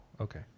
Okay